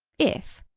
if,